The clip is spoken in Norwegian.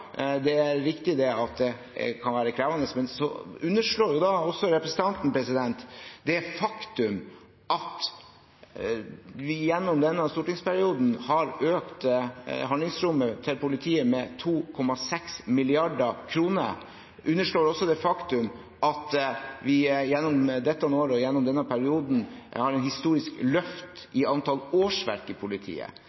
Det er riktig at det kan være krevende, men så underslår representanten det faktum at vi i denne stortingsperioden har økt handlingsrommet til politiet med 2,6 mrd. kr. Man underslår også det faktum at vi gjennom dette året og i denne perioden har fått et historisk løft